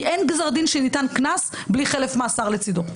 כי אין גזר דין שניתן קנס בלי חלף מאסר לצדו.